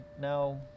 now